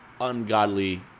ungodly